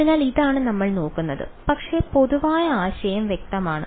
അതിനാൽ ഇതാണ് നമ്മൾ നോക്കുന്നത് പക്ഷേ പൊതുവായ ആശയം വ്യക്തമാണ്